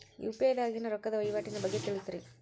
UPI ದಾಗಿನ ರೊಕ್ಕದ ವಹಿವಾಟಿನ ಬಗ್ಗೆ ತಿಳಸ್ರಿ